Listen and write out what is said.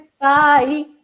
Bye